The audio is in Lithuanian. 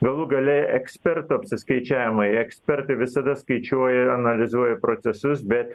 galų gale ekspertų apsiskaičiavimai ekspertai visada skaičiuoja analizuoja procesus bet